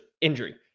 injury